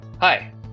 Hi